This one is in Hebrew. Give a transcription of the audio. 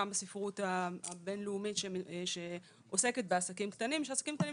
גם בספרות הבין-לאומית שעוסקת בעסקים קטנים שעסקים קטנים